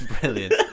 Brilliant